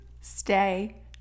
Stay